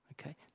okay